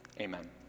Amen